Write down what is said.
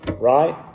right